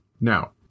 Now